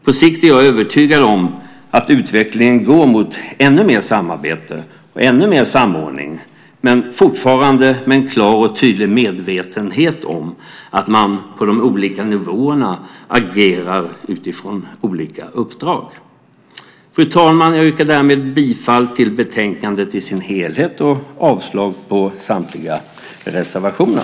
På sikt är jag övertygad om att utvecklingen går mot ännu mer samarbete och ännu mer samordning, men fortfarande med en klar och tydlig medvetenhet om att man på de olika nivåerna agerar utifrån olika uppdrag. Fru talman! Jag yrkar därmed bifall till förslaget i betänkandet i sin helhet och avslag på samtliga reservationer.